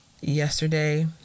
yesterday